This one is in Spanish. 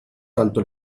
tanto